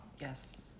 Yes